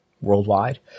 worldwide